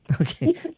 Okay